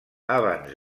abans